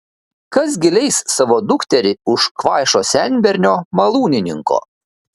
kas gi leis savo dukterį už kvaišo senbernio malūnininko